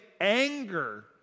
anger